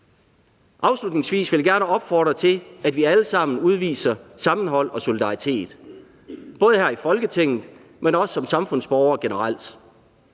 Afslutningsvis vil jeg gerne opfordre til, at vi allesammen udviser sammenhold og solidaritet, både her i Folketinget, men også som samfundsborgere generelt.